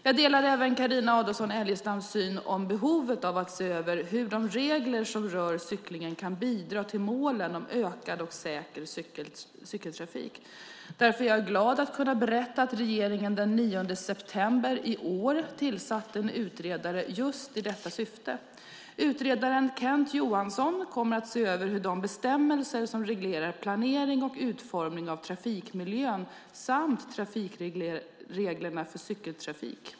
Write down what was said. Jag delar även Carina Adolfsson Elgestams syn om behovet av att se över hur de regler som rör cyklingen kan bidra till målen om ökad och säker cykeltrafik. Därför är jag glad att kunna berätta att regeringen den 9 september i år tillsatte en utredare just i detta syfte. Utredaren Kent Johansson kommer att se över de bestämmelser som reglerar planering och utformning av trafikmiljön samt trafikreglerna för cykeltrafik.